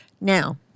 Now